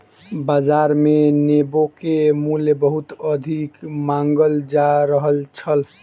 बाजार मे नेबो के मूल्य बहुत अधिक मांगल जा रहल छल